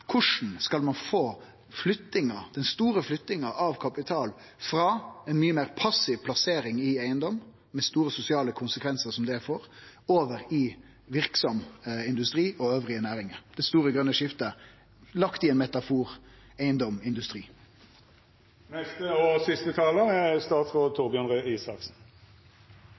Korleis kan ein få flyttinga – den store flyttinga – av kapital frå ein mykje meir passiv plassering i eigedom, med dei store sosiale konsekvensane som det får, over i verksam industri og andre næringar, det store grøne skiftet lagt i ein metafor: